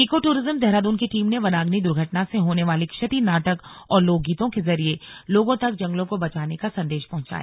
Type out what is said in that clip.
eco tourism Dehradun की team ने वनाग्नि दुर्घटना से होने वाली क्षति नाटक और लोकगीतों के जरिए लोगों तक जंगलों को बचाने का संदेश पहुंचाया